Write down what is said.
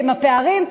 והפערים,